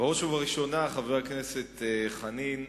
בראש ובראשונה חבר הכנסת חנין,